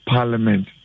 Parliament